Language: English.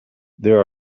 there